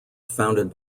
founded